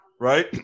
right